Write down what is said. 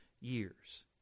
years